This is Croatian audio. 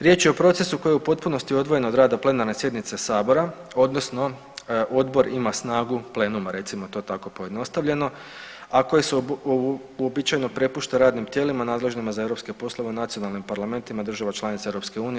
Riječ je o procesu koji je u potpunosti odvojen od rada plenarne sjednice sabora odnosno odbor ima snagu plenuma, recimo to tako pojednostavljeno, a koje se uobičajeno prepušta radnim tijelima nadležnima za europske poslove u nacionalnim parlamentima država članica Europske unije.